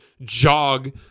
jog